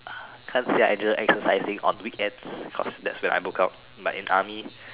can't say I enjoy exercising on weekends because that's when I book out but when in army